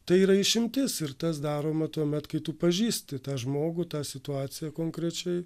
tai yra išimtis ir tas daroma tuomet kai tu pažįsti tą žmogų tą situaciją konkrečiai